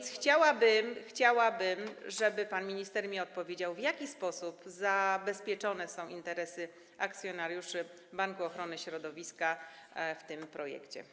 Chciałabym więc, żeby pan minister mi odpowiedział: W jaki sposób zabezpieczone są interesy akcjonariuszy Banku Ochrony Środowiska w tym projekcie?